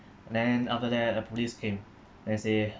then after that the police came they say